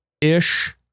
ish